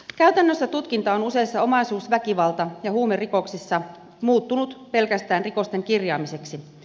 käytännössä tutkinta on useissa omaisuus väkivalta ja huumerikoksissa muuttunut pelkästään rikosten kirjaamiseksi